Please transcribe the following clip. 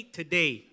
today